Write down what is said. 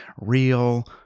real